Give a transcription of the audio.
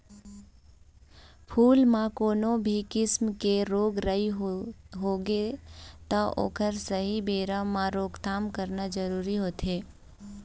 फूल म कोनो भी किसम के रोग राई होगे त ओखर सहीं बेरा म रोकथाम करना जरूरी होथे